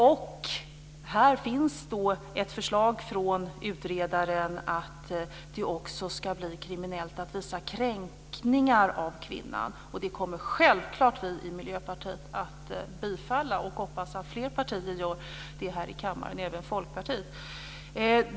Och här finns ett förslag från utredaren om att det också ska bli kriminellt att visa kränkningar av kvinnan. Och det kommer självklart vi i Miljöpartiet att yrka bifall till och hoppas att fler partier gör det här i kammaren, även Folkpartiet.